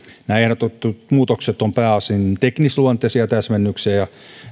nämä ehdotetut muutokset ovat pääosin teknisluonteisia täsmennyksiä ja